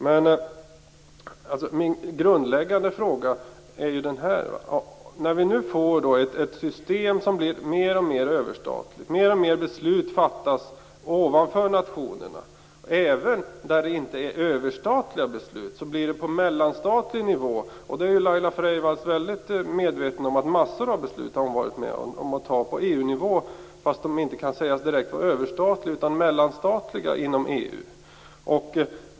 Min grundläggande fråga bygger på följande. Vi får nu ett system som är mer överstatligt. Fler och fler beslut fattas "ovanför" nationerna. Även där det inte är fråga om överstatliga beslut fattas besluten på mellanstatlig nivå. Laila Freivalds är medveten om att många beslut har fattats på EU-nivå som inte kan påstås vara överstatliga men i stället mellanstatliga.